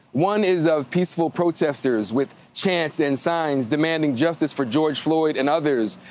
one is of peaceful protesters with chants and signs demanding justice for george floyd and others.